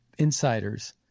insiders